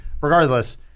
regardless